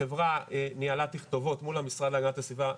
החברה ניהלה תכתובות מול המשרד להגנת הסביבה,